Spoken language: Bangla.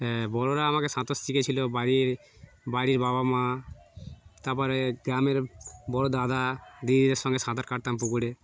হ্যাঁ বড়রা আমাকে সাঁতার শিখিয়েছিল বাড়ির বাড়ির বাবা মা তার পরে গ্রামের বড় দাদা দিদিদের সঙ্গে সাঁতার কাটতাম পুকুরে